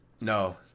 No